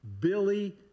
Billy